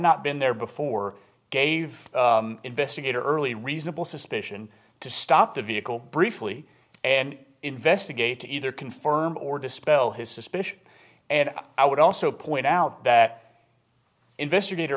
not been there before gave investigator early reasonable suspicion to stop the vehicle briefly and investigate to either confirm or dispel his suspicions and i would also point out that investigator